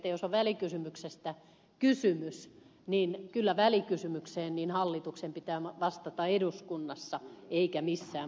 jos on välikysymyksestä kysymys niin kyllä välikysymykseen hallituksen pitää vastata eduskunnassa eikä missään muualla